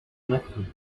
macron